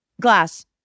Glass